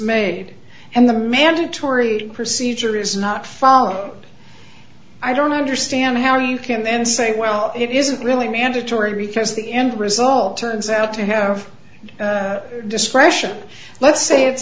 made and the mandatory procedure is not followed i don't understand how you can then say well it isn't really mandatory because the end result turns out to have discretion let's say i